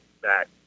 back